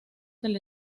del